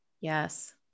Yes